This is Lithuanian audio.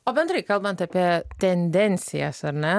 o bendrai kalbant apie tendencijas ar ne